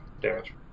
damage